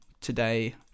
Today